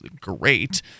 great